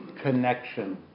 connection